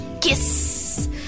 kiss